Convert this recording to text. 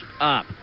up